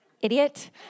Idiot